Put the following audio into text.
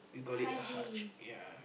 you call it a Haj ya